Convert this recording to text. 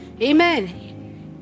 Amen